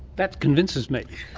that convinces me!